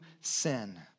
sin